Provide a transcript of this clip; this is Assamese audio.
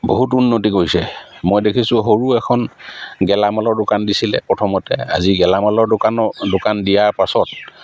বহুত উন্নতি কৰিছে মই দেখিছোঁ সৰু এখন গেলামালৰ দোকান দিছিলে প্ৰথমতে আজি গেলামালৰ দোকানৰ দোকান দিয়াৰ পাছত